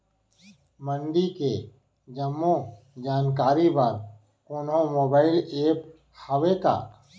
मंडी के जम्मो जानकारी बर कोनो मोबाइल ऐप्प हवय का?